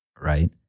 right